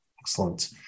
Excellent